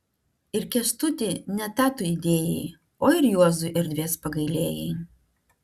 ir kęstutį ne tą tu įdėjai o ir juozui erdvės pagailėjai